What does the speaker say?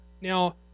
now